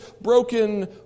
broken